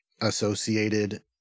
associated